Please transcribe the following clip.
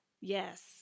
Yes